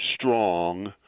strong